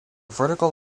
vertical